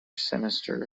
sinister